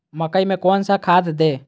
मकई में कौन सा खाद दे?